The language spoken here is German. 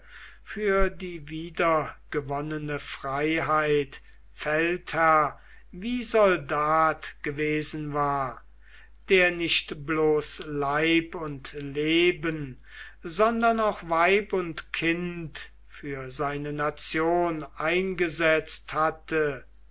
für die wiedergewonnene freiheit feldherr wie soldat gewesen war der nicht bloß leib und leben sondern auch weib und kind für seine nation eingesetzt hatte